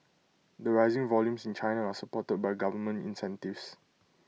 the rising volumes in China are supported by government incentives